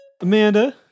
Amanda